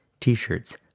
t-shirts